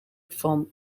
van